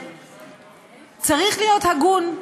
צריך להיות הגון.